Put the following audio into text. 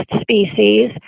species